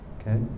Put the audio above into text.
Okay